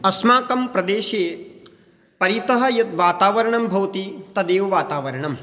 अस्माकं प्रदेशे परितः यत् वातावरणं भवति तदेव वातावरणम्